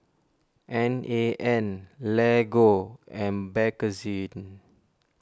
N A N Lego and Bakerzin